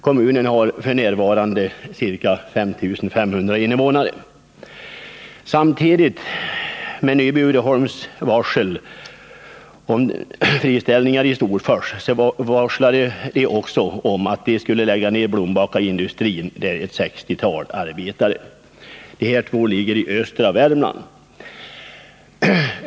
Kommunen har f. n. varslade man också om att man skulle lägga ner Blombackaindustrin med ett sextiotal arbetare. De här två industrierna ligger i östra Värmland.